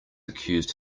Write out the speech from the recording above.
accused